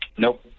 Nope